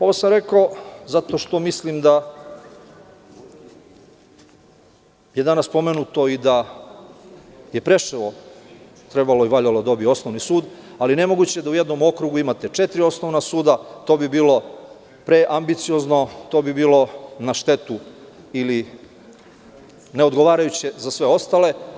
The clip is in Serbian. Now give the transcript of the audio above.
Ovo sam rekao zato što mislim da je danas pomenuto da je Preševo trebalo da dobije osnovni sud, ali je nemoguće da u jednom okrugu imate četiri osnovna suda, jer to bi bilo preambiciozno, to bi bilo na štetu ili neodgovarajuće za sve ostale.